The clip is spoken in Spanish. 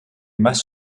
más